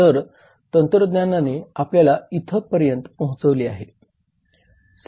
तर तंत्रज्ञानाने आपल्याला इथ पर्यंत पोहचविले आहे